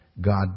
God